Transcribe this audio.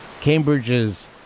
Cambridge's